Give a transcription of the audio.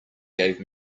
gave